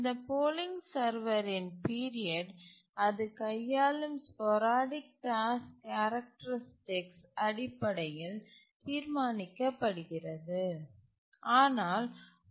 இந்த போலிங் சர்வரின் பீரியட் அது கையாளும் ஸ்போரடிக் டாஸ்க் கேரக்டரிஸ்டிக்ஸ் அடிப்படையில் தீர்மானிக்க படுகிறது